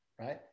right